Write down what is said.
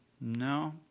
no